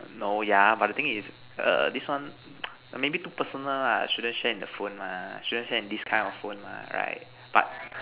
no yeah but the thing is err this one maybe too personal ah shouldn't share in the phone mah shouldn't share in this kind of phone right but